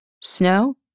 Snow